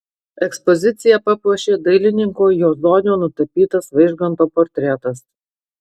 ekspoziciją papuošė dailininko juozonio nutapytas vaižganto portretas